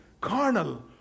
carnal